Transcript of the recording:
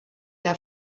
der